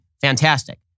fantastic